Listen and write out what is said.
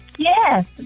Yes